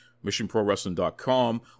missionprowrestling.com